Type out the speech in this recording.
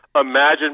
imagine